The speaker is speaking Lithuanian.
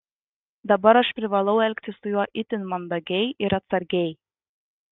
dabar aš privalau elgtis su juo itin mandagiai ir atsargiai